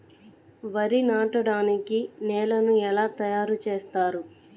వరి నాటడానికి నేలను ఎలా తయారు చేస్తారు?